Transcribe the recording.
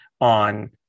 on